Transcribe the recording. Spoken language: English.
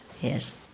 yes